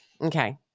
Okay